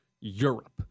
Europe